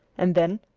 and then,